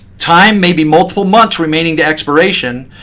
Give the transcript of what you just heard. time, maybe multiple months remaining to expiration.